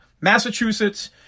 Massachusetts